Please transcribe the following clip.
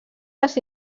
les